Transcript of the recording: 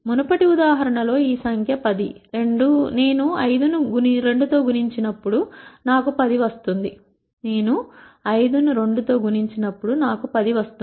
మునుపటి ఉదాహరణ లో ఈ సంఖ్య 10 నేను 5 ను 2 గుణించినప్పుడు నాకు 10 వస్తుంది